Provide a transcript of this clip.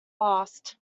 last